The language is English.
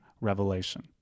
revelation